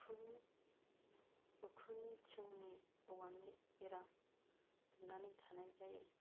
उखुमनि थिंनि औवानि बेरा दुमनानै थानाय जायो